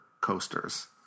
coasters